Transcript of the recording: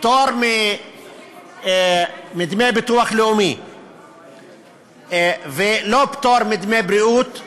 פטור מדמי ביטוח לאומי ולא פטור מדמי בריאות,